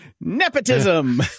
Nepotism